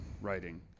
writing